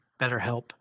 BetterHelp